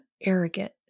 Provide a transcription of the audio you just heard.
arrogant